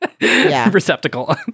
receptacle